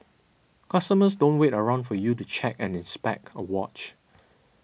customers don't wait around for you to check and inspect a watch